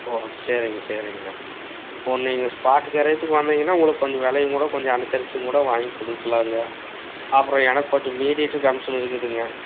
ஓ சரிங்க சரிங்ண்ணா ஓ நீங்கள் ஸ்பாட்டு கிரயத்துக்கு வந்தீங்கன்னால் உங்களுக்கு கொஞ்சம் விலையுங்கூட கொஞ்ச அனுசரித்துங்கூட வாங்கி கொடுக்கலாங்க அப்புறம் எனக்குக் கொஞ்சம் மீடியேட்ரு கமிஷன் இருக்குதுங்க